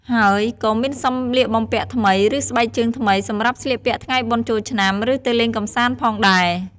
ហើយក៏មានសំលៀកបំពាក់ថ្មី ឬស្បែកជើងថ្មី សម្រាប់ស្លៀកពាក់ថ្ងៃបុណ្យចូលឆ្នាំ ឬទៅលេងកម្សាន្តផងដែរ។